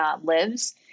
lives